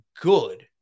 good